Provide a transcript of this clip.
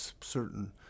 certain